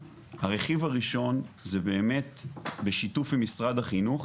הרכיב הראשון זה באמת בשיתוף עם משרד החינוך